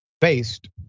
based